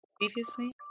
previously